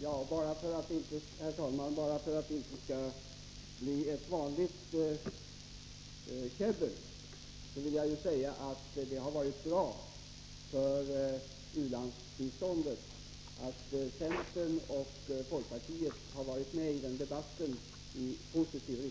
Herr talman! För att detta inte skall bli ett vanligt käbbel, vill jag säga att det har varit bra för u-landsbiståndet att centern och folkpartiet har varit med i debatten och påverkat den